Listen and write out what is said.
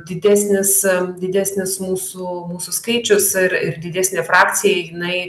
didesnis didesnis mūsų mūsų skaičius ir ir didesnė frakcija jinai